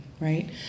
right